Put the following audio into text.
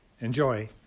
enjoy